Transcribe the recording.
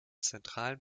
zentralen